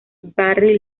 barry